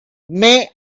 may